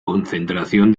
concentración